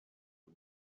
you